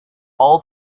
all